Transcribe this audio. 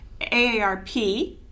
AARP